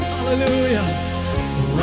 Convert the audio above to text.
Hallelujah